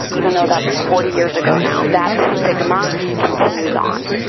even though that's forty years ago now, that stigma continues on.